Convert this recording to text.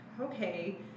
okay